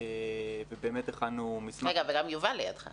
והבאנו גם כמה מקרי בוחן שנכנסנו בהם יותר לעומק.